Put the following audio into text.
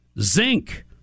zinc